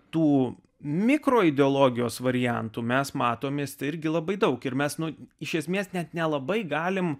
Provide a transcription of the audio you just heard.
tų mikro ideologijos variantų mes matomės tai irgi labai daug ir mes nu iš esmės net nelabai galime